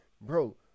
Bro